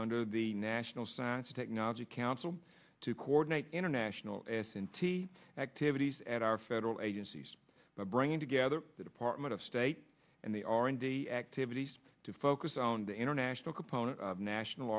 under the national science technology council to coordinate international s m t activities at our federal agencies by bringing together the department of state and the r and d activities to focus on the international component national